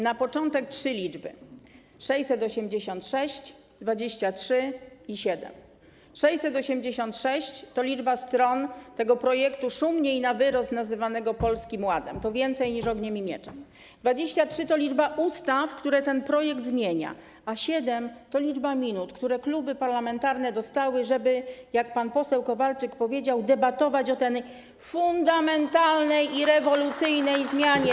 Na początek trzy liczby: 686, 23 i 7. 686 to liczba stron tego projektu, szumnie i na wyrost nazywanego Polskim Ładem - to więcej niż liczy sobie „Ogniem i mieczem” - 23 to liczba ustaw, które ten projekt zmienia, a 7 to liczba minut, które kluby parlamentarne dostały, żeby, jak pan poseł Kowalczyk, powiedział, debatować o tej fundamentalnej i rewolucyjnej zmianie.